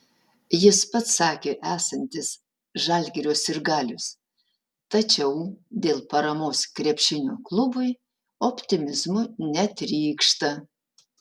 jis pats sakė esantis žalgirio sirgalius tačiau dėl paramos krepšinio klubui optimizmu netrykšta